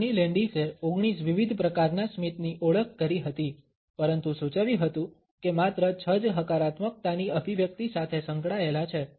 કાર્ની લેન્ડિસે 19 વિવિધ પ્રકારના સ્મિતની ઓળખ કરી હતી પરંતુ સૂચવ્યું હતુ કે માત્ર છ જ હકારાત્મકતાની અભિવ્યક્તિ સાથે સંકળાયેલા છે